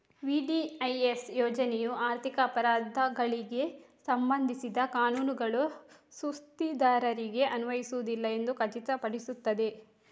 VDIS ಯೋಜನೆಯು ಆರ್ಥಿಕ ಅಪರಾಧಗಳಿಗೆ ಸಂಬಂಧಿಸಿದ ಕಾನೂನುಗಳು ಸುಸ್ತಿದಾರರಿಗೆ ಅನ್ವಯಿಸುವುದಿಲ್ಲ ಎಂದು ಖಚಿತಪಡಿಸುತ್ತದೆ